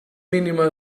mínima